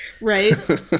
Right